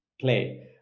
play